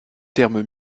terme